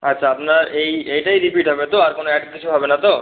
আচ্ছা আপনার এই এইটাই রিপিট হবে তো আর কোনো অ্যাড কিছু হবে না তো